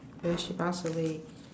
oh she passed away